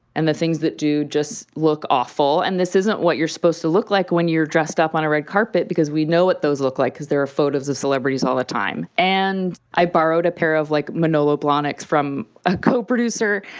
and the things that do just look awful. and this isn't what you're supposed to look like when you're dressed up on a red carpet, because we know what those look like, because there are photos of celebrities all the time. and i borrowed a pair of like manolo blahnik from a coproducer.